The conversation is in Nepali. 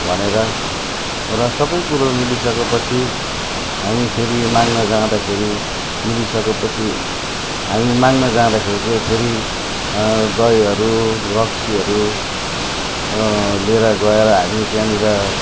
भनेर र सबै कुरो मिलिसकेपछि हामी फेरि माग्न जाँदाखेरि मिलिसकेपछि हामी माग्न जाँदाखेरि चाहिँ फेरि दहीहरू रक्सीहरू र लिएर गएर हामी त्यहाँनिर